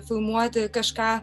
filmuoti kažką